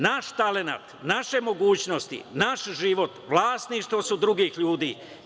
Naš talenat, naše mogućnosti, naš život vlasništvo su drugih ljudi.